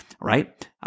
right